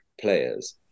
players